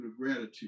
gratitude